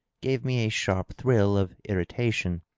gave me a sharp thrill of irritation.